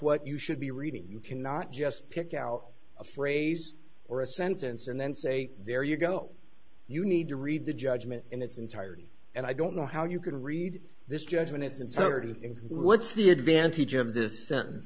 what you should be reading you cannot just pick out a phrase or a sentence and then say there you go you need to read the judgment in its entirety and i don't know how you can read this judgment it's inserted in what's the advantage of this sentence